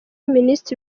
minisitiri